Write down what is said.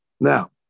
Now